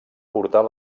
portar